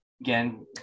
again